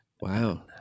Wow